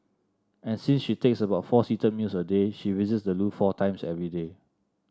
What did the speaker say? and since she takes about four seated meals a day she visits the loo four times every day